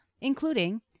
including